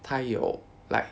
它有 like